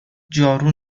جارو